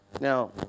Now